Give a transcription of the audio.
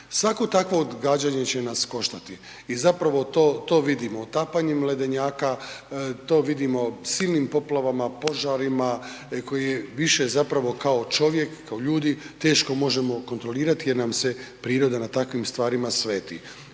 svako takvo odgađanje će nas koštati. I zapravo to vidimo otapanjem ledenjaka, to vidimo silnim poplavama, požarima koje više zapravo kao čovjek, kao ljudi teško možemo kontrolirati jer nam se priroda na takvim stvarima sveti.